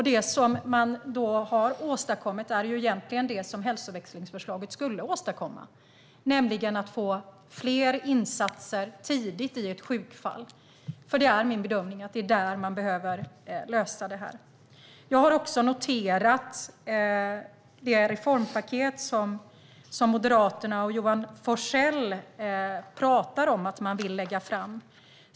Det som man har åstadkommit är egentligen det som hälsoväxlingsförslaget skulle åstadkomma, nämligen att få fler insatser tidigt i ett sjukfall. Det är min bedömning att det är där man behöver lösa detta. Jag har också noterat det reformpaket som Moderaterna och Johan Forssell pratar om att man vill lägga fram.